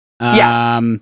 Yes